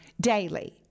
daily